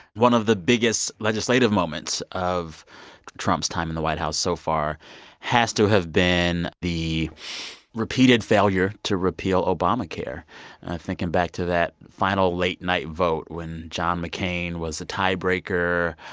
one of the biggest legislative moments of trump's time in the white house so far has to have been the repeated failure to repeal obamacare. i'm thinking back to that final late-night vote when john mccain was the tiebreaker